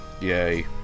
Yay